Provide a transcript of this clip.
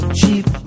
cheap